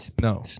No